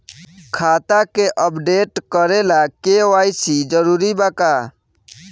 खाता के अपडेट करे ला के.वाइ.सी जरूरी बा का?